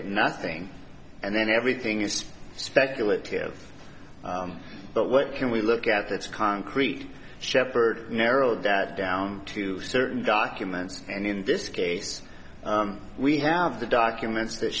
at nothing and then everything is speculative but what can we look at that's concrete shephard narrowed that down to certain documents and in this case we have the documents that